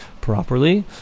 properly